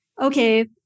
okay